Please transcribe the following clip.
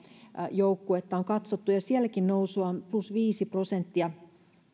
joukkuetta ja sielläkin nousua on plus viisi prosenttia